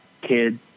Kid